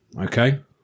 Okay